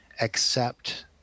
accept